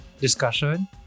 discussion